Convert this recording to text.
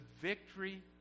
victory